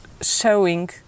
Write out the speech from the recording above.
showing